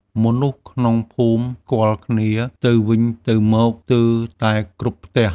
មនុស្សក្នុងភូមិស្គាល់គ្នាទៅវិញទៅមកស្ទើរតែគ្រប់ផ្ទះ។